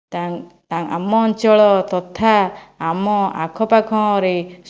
ତା ତା ଆମ ଅଞ୍ଚଳର ତଥା ଆମ ଆଖପାଖରେ